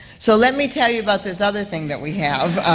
so, let me tell you about this other thing that we have.